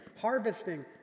harvesting